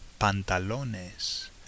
pantalones